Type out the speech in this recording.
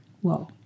Whoa